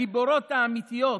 הגיבורות האמיתיות,